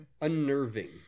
unnerving